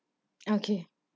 okay